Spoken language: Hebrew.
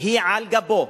היא על גבו,